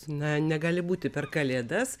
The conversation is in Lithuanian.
na negali būti per kalėdas